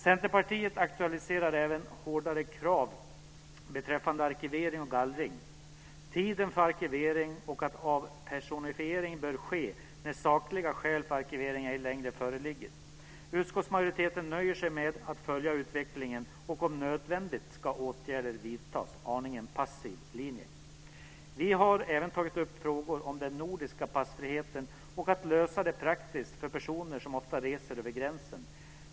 Centerpartiet aktualiserar även hårdare krav beträffande arkivering och gallring. Avpersonifiering bör ske när sakliga skäl för arkivering ej längre föreligger. Utskottsmajoriteten nöjer sig med att följa utvecklingen och om nödvändigt ska åtgärder vidtas. Det är en aningen passiv linje. Vi har även tagit upp frågor om den nordiska passfriheten och att lösa det praktiskt för personer som ofta reser över gränsen.